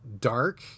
dark